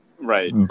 Right